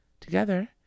together